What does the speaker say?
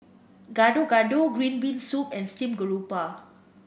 Gado Gado Green Bean Soup and Steamed Garoupa